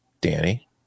Danny